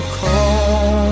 call